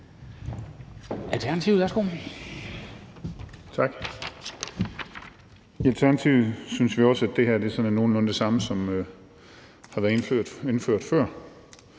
Torsten Gejl (ALT): Tak. I Alternativet synes vi også, at det her er sådan nogenlunde det samme, som har været indført før.